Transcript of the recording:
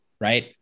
right